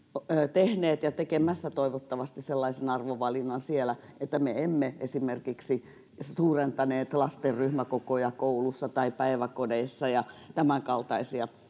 tehneet ja tekemässä toivottavasti sellaisen arvovalinnan siellä että me emme esimerkiksi suurentaneet lasten ryhmäkokoja kouluissa tai päiväkodeissa ja tämänkaltaisia